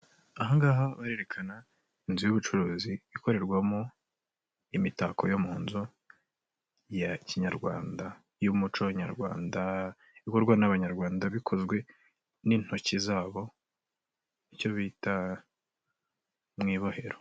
Aha ngaha barerekana inzu y'ubucuruzi, ikorerwamo imitako yo mu nzu, ya kinyarwanda, y'umuco nyarwanda, ikurwa n'abanyarwanda, bikozwe n'intoki zabo, icyo bita mu ibohero.